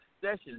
Sessions